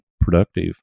productive